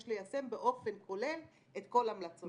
יש ליישם באופן כולל את כל המלצותיה.